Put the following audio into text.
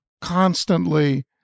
constantly